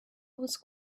was